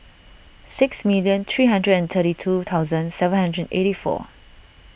sixty million three hundred and thirty two thousand seven hundred and eighty four